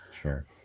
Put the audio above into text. Sure